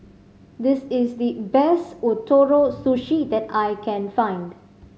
this is the best Ootoro Sushi that I can find